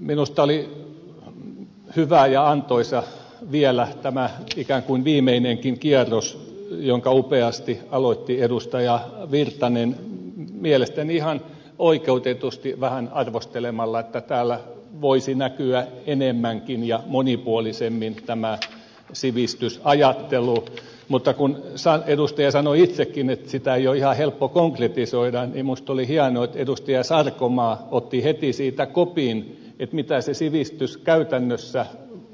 minusta oli hyvä ja antoisa vielä tämä ikään kuin viimeinenkin kierros jonka upeasti aloitti edustaja erkki virtanen mielestäni ihan oikeutetusti vähän arvostelemalla että täällä voisi näkyä enemmänkin ja monipuolisemmin tämä sivistysajattelu mutta kun edustaja sanoi itsekin että sitä ei ole ihan helppo konkretisoida niin minusta oli hienoa että edustaja sarkomaa otti heti siitä kopin mitä se sivistys käytännössä